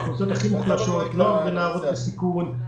האוכלוסיות הכי מוחלשות, נוער ונערות בסיכון,